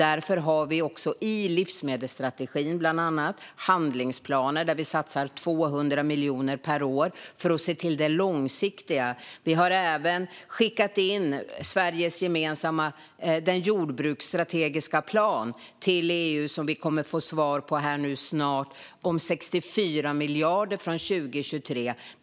Därför har vi också i livsmedelsstrategin bland annat handlingsplaner där vi satsar 200 miljoner per år för att se till det långsiktiga. Vi har även skickat in Sveriges gemensamma jordbruksstrategiska plan till EU. Vi kommer att få svar snart. Det handlar om 64 miljarder från 2023.